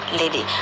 lady